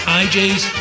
ijs